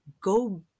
go